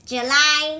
July